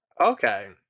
Okay